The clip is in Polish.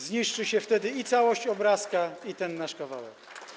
Zniszczy się wtedy i całość obrazka, i ten nasz kawałek.